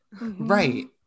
Right